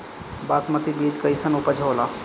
बासमती बीज कईसन उपज होला?